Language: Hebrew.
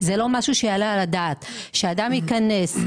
זה לא יעלה על הדעת שאדם ייכנס,